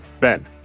Ben